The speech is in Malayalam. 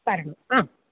തരണം ആ